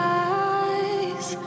eyes